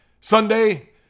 Sunday